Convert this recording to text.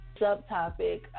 subtopic